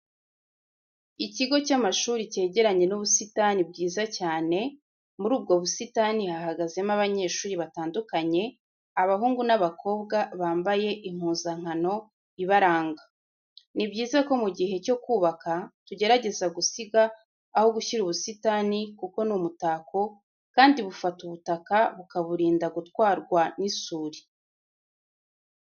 Ikigo cy'amashuri cyegeranye n'ubusitani bwiza cyane, muri ubwo busitani hahagazemo abanyeshuri batandukanye, abahungu n'abakobwa bambaye impuzankano ibaranga. Ni byiza ko mu gihe cyo kubaka tugerageza gusiga, aho gushyira ubusitani kuko ni umutako kandi bufata ubutaka bukaburinda gutwarwa n'isuri.